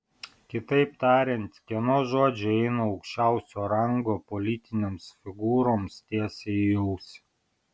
kitaip tariant kieno žodžiai eina aukščiausio rango politinėms figūroms tiesiai į ausį